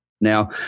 Now